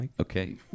Okay